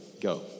Go